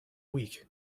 week